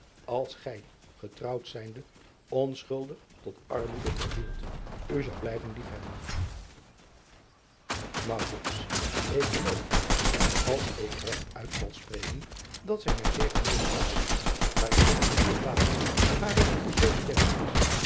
als gij getrouwd zijnde onschuldig tot armoede vervielt u zou blijven liefhebben k geloof vader als ik regt uit zal spreken dat zij mij zeer genegen is maar ik durf niet bepalen of hare liefde zoo sterk is